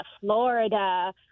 Florida